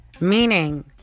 Meaning